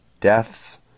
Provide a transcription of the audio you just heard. deaths